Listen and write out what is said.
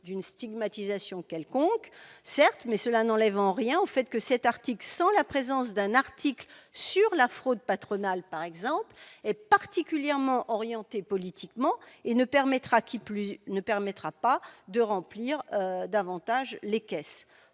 stigmatisation. Certes, mais cela n'enlève en rien au fait que cet article, en l'absence d'un article relatif à la fraude patronale, par exemple, est particulièrement orienté politiquement et ne permettra pas, en outre, de remplir davantage les caisses.